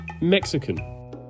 Mexican